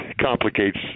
complicates